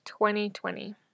2020